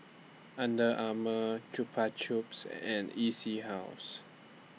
Under Armour Chupa Chups and E C House